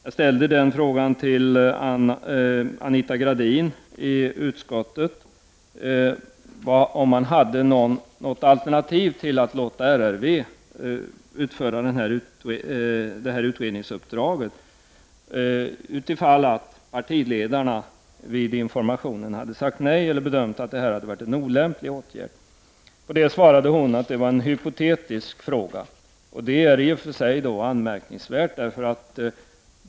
Jag frågade Anita Gradin i utskottet om man hade något alternativ till att låta RRV utföra det här utredningsuppdraget, om partiledarna vid informationen hade sagt nej, eller bedömt att detta hade varit en olämplig åtgärd. Hon svarade att det var en hypotetisk fråga. Det är i och för sig anmärkningsvärt.